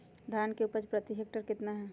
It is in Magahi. धान की उपज प्रति हेक्टेयर कितना है?